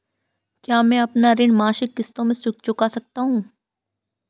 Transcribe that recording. क्या मैं अपना ऋण मासिक किश्तों में चुका सकता हूँ?